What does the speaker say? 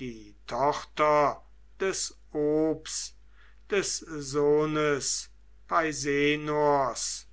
die tochter ops des sohnes peisenors